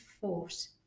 force